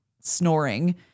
snoring